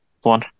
one